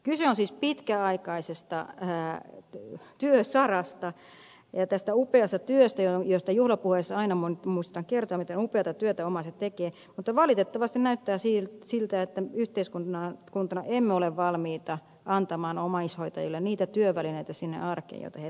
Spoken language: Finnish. kyse on siis pitkäaikaisesta työsarasta ja tästä upeasta työstä josta juhlapuheissa aina muistetaan kertoa miten upeata työtä omaiset tekevät mutta valitettavasti näyttää siltä että yhteiskuntana emme ole valmiita antamaan omaishoitajille sinne arkeen niitä työvälineitä joita he tarvitsisivat